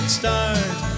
start